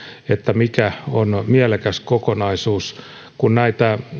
mikä on mielekäs kokonaisuus kun näitä